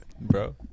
Bro